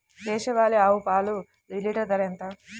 దేశవాలీ ఆవు పాలు లీటరు ధర ఎంత?